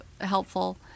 helpful